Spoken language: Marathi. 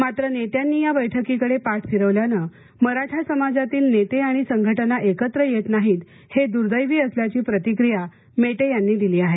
मात्र नेत्यांनी या बैठकीकडे पाठ फिरवल्याने मराठा समाजातील नेते आणि संघटना एकत्र येत नाही हे दुर्दैवी असल्याची प्रतिक्रिया मेटे यांनी दिली आहे